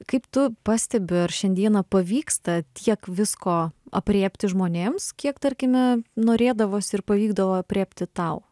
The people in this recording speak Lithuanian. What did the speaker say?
kaip tu pastebi ar šiandieną pavyksta tiek visko aprėpti žmonėms kiek tarkime norėdavosi ir pavykdavo aprėpti tau